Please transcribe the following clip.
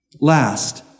Last